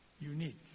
unique